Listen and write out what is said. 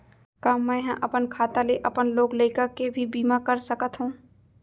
का मैं ह अपन खाता ले अपन लोग लइका के भी बीमा कर सकत हो